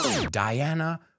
Diana